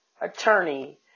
attorney